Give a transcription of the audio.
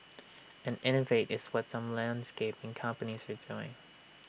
and innovate is what some landscaping companies we doing